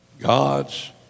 God's